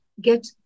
get